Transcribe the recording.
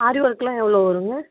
ஆரி work எல்லாம் எவ்வளவோ வருங்க